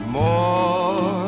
more